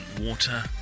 water